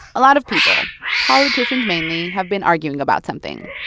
a lot of people politicians, mainly have been arguing about something.